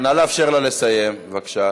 נא לאפשר לה לסיים, בבקשה.